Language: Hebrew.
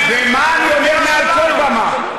ומה אני אומר מעל כל במה.